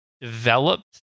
developed